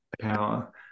power